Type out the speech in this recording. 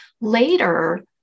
later